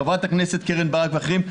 חברת הכנסת קרן ברק ואחרים,